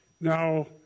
Now